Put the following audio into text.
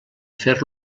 fer